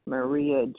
Maria